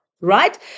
right